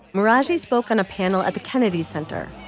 meraji spoke on a panel at the kennedy center.